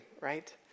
right